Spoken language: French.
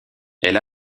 elle